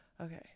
Okay